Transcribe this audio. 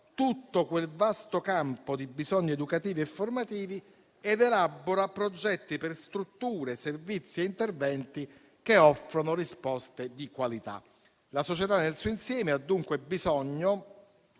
tutto quel vasto campo di bisogni educativi e formativi ed elabora progetti per strutture, servizi e interventi che offrono risposte di qualità. La società nel suo insieme ha dunque bisogno